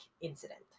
incident